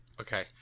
Okay